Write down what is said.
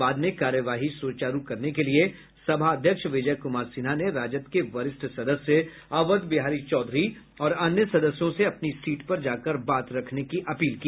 बाद में कार्यवाही सुचारु करने के लिए सभाध्यक्ष विजय कुमार सिन्हा ने राजद के वरिष्ठ सदस्य अवध बिहारी चौधरी और अन्य सदस्यों से अपनी सीट पर जाकर बात रखने की अपील की